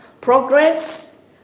Progress